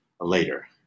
later